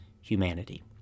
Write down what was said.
humanity